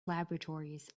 laboratories